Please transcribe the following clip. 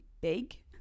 big